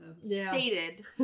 Stated